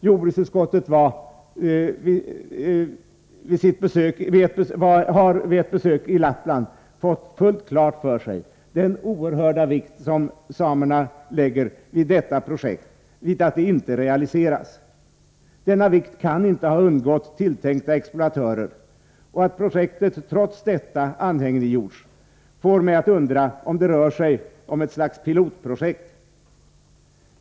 Jordbruksutskottet har vid ett besök i Lappland fått fullt klart för sig den oerhörda vikt samerna lägger vid att detta projekt inte realiseras. Det kan inte ha undgått tilltänkta exploatörer, och att projektet trots detta anhängiggjorts får mig att undra, om det rör sig om ett slags pilotprojekt.